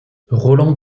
roland